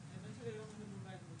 ממש כלים נוספים לשיח.